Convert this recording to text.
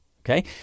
Okay